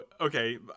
okay